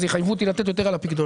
אז יחייבו אותי לתת יותר על הפיקדונות.